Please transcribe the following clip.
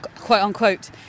quote-unquote